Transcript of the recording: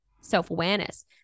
self-awareness